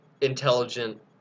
intelligent